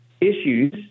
issues